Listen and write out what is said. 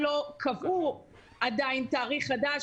עוד לא הקראתי את הסעיף הזה,